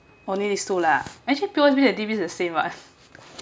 only thease two lah actually P_O_S_B and D_B the same [what]